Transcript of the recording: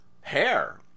hair